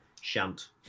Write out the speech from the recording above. Shant